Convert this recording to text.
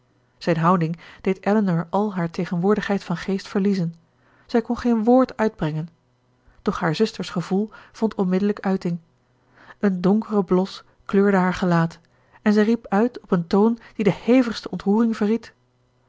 zijn houding deed elinor al haar tegenwoordigheid van geest verliezen zij kon geen woord uitbrengen doch haar zuster's gevoel vond onmiddellijk uiting een donkere blos kleurde haar gelaat en zij riep uit op een toon die de hevigste ontroering verried